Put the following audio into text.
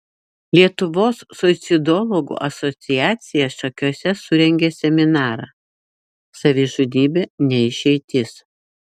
lietuvos suicidologų asociacija šakiuose surengė seminarą savižudybė ne išeitis